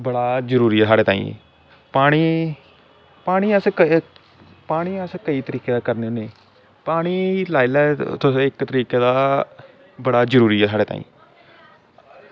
बड़ा जरूरी ऐ साढ़े ताहीं पानी अस केईं तरीके दा करने होने पानी लाई लैओ तुस इक्क तरीकै दा बड़ा जरूरी ऐ साढ़े ताहीं